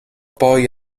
poi